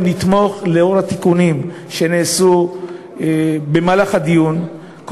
לאור התיקונים שנעשו במהלך הדיון,